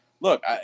look